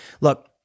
Look